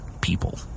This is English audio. people